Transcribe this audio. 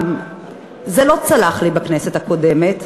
זה לא צלח לי בכנסת הקודמת,